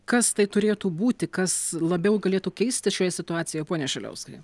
kas tai turėtų būti kas labiau galėtų keisti šioje situacijoje pone šiliauskai